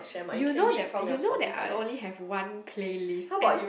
you know that you know that I only have one playlist and